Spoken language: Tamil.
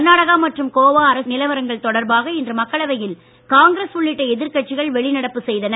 கர்நாடகா மற்றும் கோவா அரசியல் நிலவரங்கள் தொடர்பாக இன்று மக்களவையில் காங்கிரஸ் உள்ளிட்ட எதிர்கட்சிகள் வெளிநடப்பு செய்தன